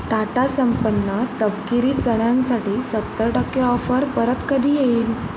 टाटा संपन्न तपकिरी चण्यांसाठी सत्तर टक्के ऑफर परत कधी येईल